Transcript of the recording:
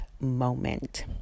moment